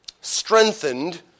Strengthened